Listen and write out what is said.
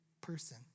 person